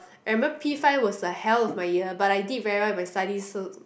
I remember P five was the hell of my year but I did very well in my studies so